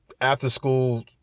after-school